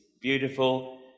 beautiful